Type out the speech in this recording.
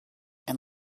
and